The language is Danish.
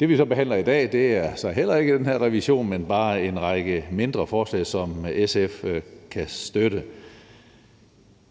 Det, vi behandler i dag, er så heller ikke den her revision, men bare en række mindre forslag, som SF kan støtte.